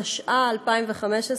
התשע"ה 2015,